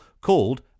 called